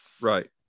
Right